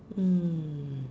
mm